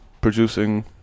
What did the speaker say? producing